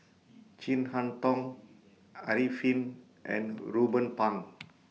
Chin Harn Tong Arifin and Ruben Pang